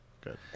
Good